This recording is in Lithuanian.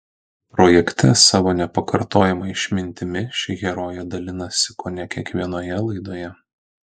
projekte savo nepakartojama išmintimi ši herojė dalinasi kone kiekvienoje laidoje